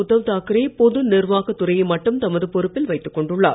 உத்தவ் தாக்கரே பொது நிர்வாக துறையை மட்டும் தமது பொறுப்பில் வைத்துக் கொண்டுள்ளார்